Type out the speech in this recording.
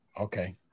Okay